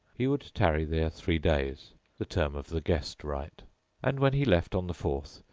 he would tarry there three days the term of the guest rite and, when he left on the fourth,